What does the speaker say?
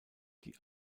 die